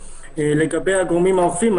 לגבי הגורמים האוכפים,